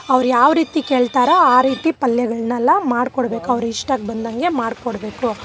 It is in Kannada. ಅವ್ರು ಯಾವ ರೀತಿ ಕೇಳ್ತಾರೋ ಆ ರೀತಿ ಪಲ್ಯಗಳ್ನೆಲ್ಲ ಮಾಡ್ಕೊಡಬೇಕು ಅವ್ರ ಇಷ್ಟಕ್ಕೆ ಬಂದಂಗೆ ಮಾಡ್ಕೊಡಬೇಕು